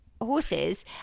horses